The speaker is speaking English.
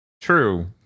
True